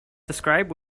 describe